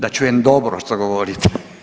Da čujem dobro što govorite.